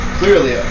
clearly